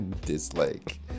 dislike